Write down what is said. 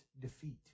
defeat